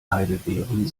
heidelbeeren